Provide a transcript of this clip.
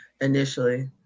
initially